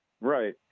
Right